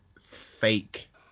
fake